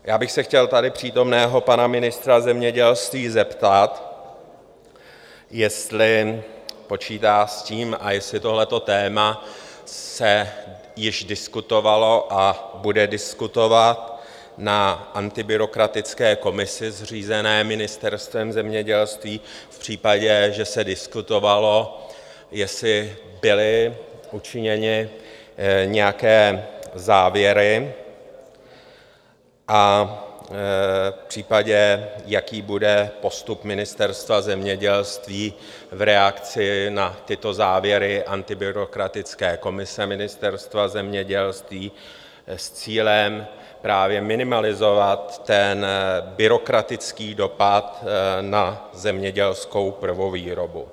Já bych se chtěl tady přítomného pana ministra zemědělství zeptat, jestli počítá s tím a jestli tohleto téma se již diskutovalo a bude diskutovat na antibyrokratické komisi zřízené Ministerstvem zemědělství, a v případě, že se diskutovalo, jestli byly učiněny nějaké závěry a případně jaký bude postup Ministerstva zemědělství v reakci na tyto závěry antibyrokratické komise Ministerstva zemědělství s cílem právě minimalizovat byrokratický dopad na zemědělskou prvovýrobu.